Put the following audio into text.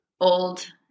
Old